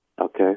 Okay